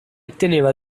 teneva